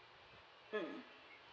um